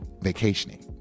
vacationing